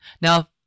Now